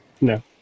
No